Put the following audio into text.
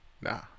Nah